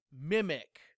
Mimic